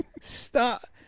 stop